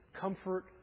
comfort